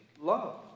love